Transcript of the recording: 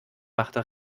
machte